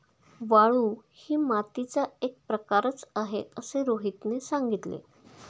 वाळू ही मातीचा एक प्रकारच आहे असे रोहितने सांगितले